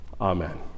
Amen